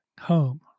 home